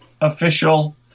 Official